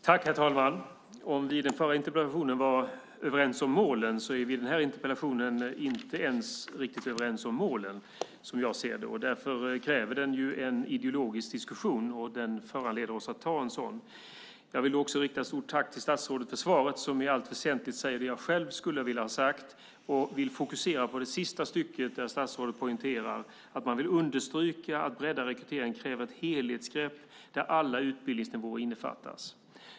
Herr talman! I den förra interpellationsdebatten var vi överens om målen. I den här interpellationsdebattenen är vi inte riktigt överens ens om målen. Det kräver därför en ideologisk diskussion och föranleder oss att ta en sådan. Jag vill rikta ett stort tack till statsrådet för svaret som i allt väsentligt säger det jag själv skulle vilja ha sagt. Jag fokuserar på det sista stycket där statsrådet poängterar att breddad rekrytering kräver ett helhetsgrepp där alla utbildningsnivåer innefattas.